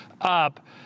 up